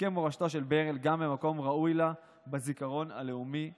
תזכה מורשתו של ברל גם למקום ראוי לה בזיכרון הלאומי והממלכתי.